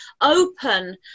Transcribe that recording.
open